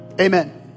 Amen